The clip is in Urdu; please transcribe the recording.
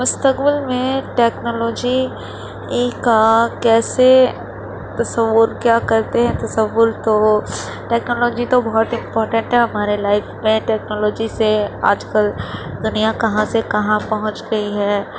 مسقبل میں ٹیکنالوجی ای کا کیسے تصور کیا کرتے ہیں تصور تو وہ ٹیکنالوجی تو بہت امپورٹینٹ ہے ہمارے لائف میں ٹیکنالوجی سے آج کل دنیا کہاں سے کہاں پہنچ گئی ہے